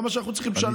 למה אנחנו צריכים לשלם?